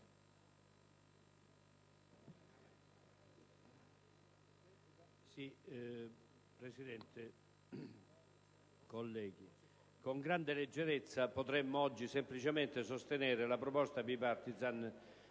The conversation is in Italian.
Presidente, colleghi, con grande leggerezza potremmo oggi semplicemente sostenere la proposta *bipartisan*